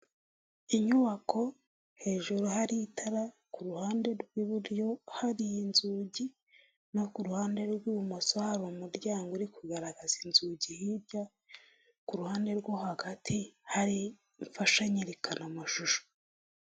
Inyubako, hejuru hari itara, ku ruhande rw'iburyo hari inzugi, no ku ruhande rw'ibumoso hari umuryango uri kugaragaza inzugi hirya, ku ruhande rwo hagati, hari imfashanyerekana mashusho.